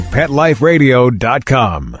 PetLifeRadio.com